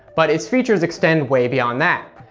but it's features extend way beyond that.